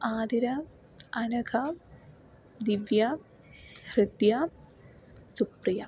Athira Anagha Divya Hridya Supriya